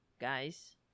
guys